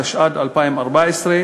התשע"ד 2014,